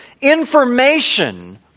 information